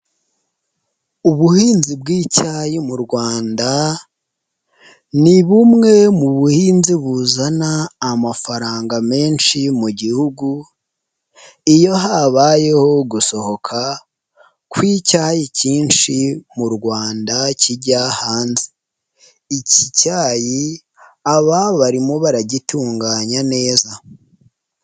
Ubuhinzi bw'icyayi mu Rwanda ni bumwe mu buhinzi buzana amafaranga menshi mu Gihugu, iyo habayeho gusohoka ku icyayi kinshi mu Rwanda kijya hanze. Iki cyayi aba barimo baragitunganya neza.